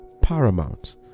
paramount